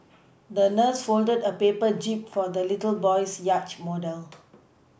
the nurse folded a paper jib for the little boy's yacht model